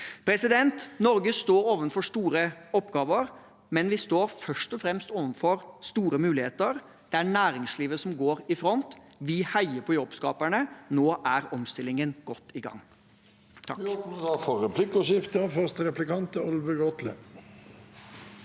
til 2030. Norge står overfor store oppgaver, men vi står først og fremst overfor store muligheter. Det er næringslivet som går i front. Vi heier på jobbskaperne. Nå er omstillingen godt i gang.